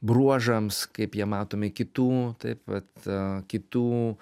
bruožams kaip jie matomi kitų taip vat kitų